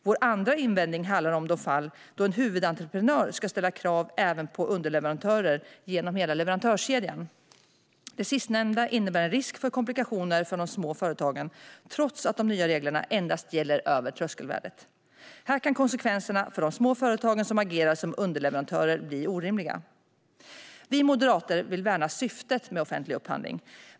Vår andra invändning handlar om de fall då en huvudentreprenör ska ställa krav även på underleverantörer genom hela leverantörskedjan. Det sistnämnda innebär en risk för komplikationer för de små företagen, trots att de nya reglerna endast gäller över tröskelvärdet. Här kan konsekvenserna för de små företagen som agerar som underleverantörer bli orimliga. Vi moderater vill värna syftet med offentlig upphandling.